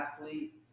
athlete